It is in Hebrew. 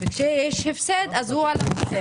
וכשיש הפסד אז הוא ---.